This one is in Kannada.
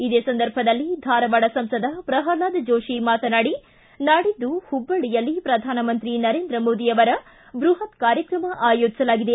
ಇದೇ ಸಂದರ್ಭದಲ್ಲಿ ಧಾರವಾಡ ಸಂಸದ ಪ್ರಲ್ನಾದ ಜೋತಿ ಮಾತನಾಡಿ ನಾಡಿದ್ದು ಹುಬ್ಬಳ್ಳಿಯಲ್ಲಿ ಪ್ರಧಾನಮಂತ್ರಿ ನರೇಂದ್ರ ಮೋದಿ ಅವರ ಬೃಪತ್ ಕಾರ್ಯಕ್ರಮ ಆಯೋಜಿಸಲಾಗಿದೆ